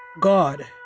God